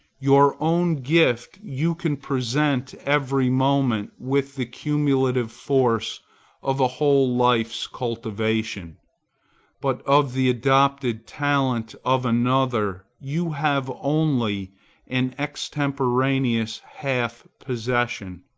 your own gift you can present every moment with the cumulative force of a whole life's cultivation but of the adopted talent of another you have only an extemporaneous half possession.